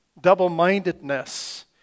double-mindedness